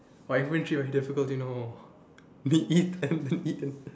!wah! infantry also difficult you know need eat and then